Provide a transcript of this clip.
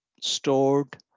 stored